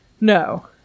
No